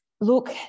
Look